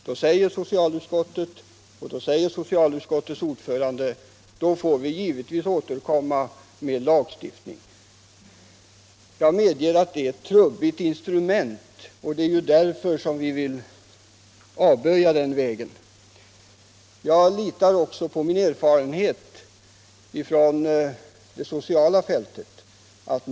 I så fall, säger socialutskottets ordförande, får vi givetvis återkomma med lagstiftning. Jag medeger att det är ett trubbigt instrument, och därför vill vi f. n. avböja den metoden. Jag litar också på min erfarenhet från det sociala fältet.